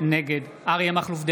נגד אריה מכלוף דרעי,